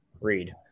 read